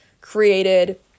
created